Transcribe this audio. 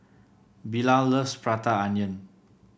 Bilal loves Prata Onion